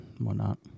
whatnot